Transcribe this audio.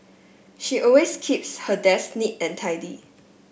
she always keeps her desk neat and tidy